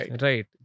Right